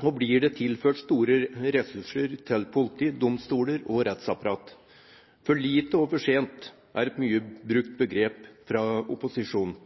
og blir det tilført store ressurser til politi, domstoler og rettsapparat. «For lite og for sent» er et mye brukt begrep fra opposisjonen,